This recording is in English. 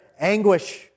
anguish